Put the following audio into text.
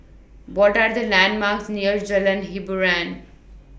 What Are The landmarks near Jalan Hiboran